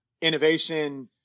innovation